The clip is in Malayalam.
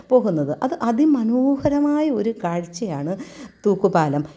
പോകുന്നത് അത് അതിമനോഹരമായ ഒരു കാഴ്ച്ചയാണ് തൂക്കുപാലം